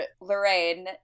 Lorraine